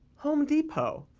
home depot.